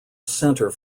centre